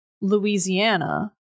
Louisiana